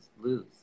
lose